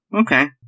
okay